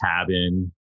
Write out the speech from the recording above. cabin